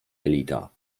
jelita